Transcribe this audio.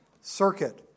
circuit